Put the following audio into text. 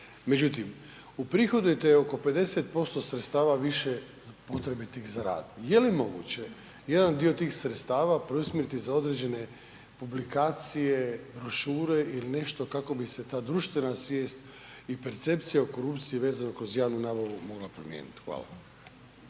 Međutim, uprihodujete oko 50% sredstava više potrebitih za rad. Je li moguće jedan dio tih sredstava preusmjeriti za određene publikacije, brošure ili nešto kako bi se ta društvena svijest i percepcija o korupciji vezano kroz javnu nabavu, mogla promijeniti? Hvala.